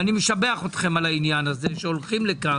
ואני משבח אתכם על כך שהולכים לזה,